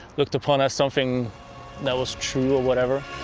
looked upon as something that was trve or whatever.